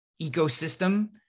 ecosystem